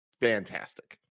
fantastic